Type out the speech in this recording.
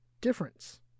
difference